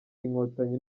inkotanyi